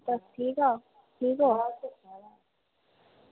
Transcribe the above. होर ठीक ठाक ठीक ओ